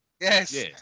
Yes